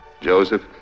Joseph